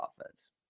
offense